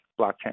blockchain